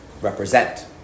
represent